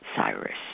Cyrus